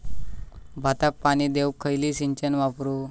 भाताक पाणी देऊक खयली सिंचन वापरू?